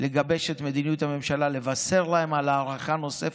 לגבש את מדיניות הממשלה, לבשר להם על הארכה נוספת,